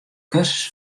kursus